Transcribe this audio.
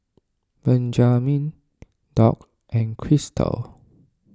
Benjamine Doc and Crysta